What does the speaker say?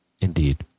Indeed